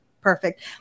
perfect